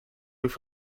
with